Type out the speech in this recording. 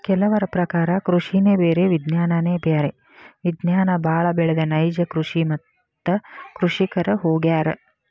ಕೆಲವರ ಪ್ರಕಾರ ಕೃಷಿನೆ ಬೇರೆ ವಿಜ್ಞಾನನೆ ಬ್ಯಾರೆ ವಿಜ್ಞಾನ ಬಾಳ ಬೆಳದ ನೈಜ ಕೃಷಿ ಮತ್ತ ಕೃಷಿಕರ ಹೊಗ್ಯಾರ